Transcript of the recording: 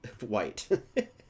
white